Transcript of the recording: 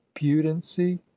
pudency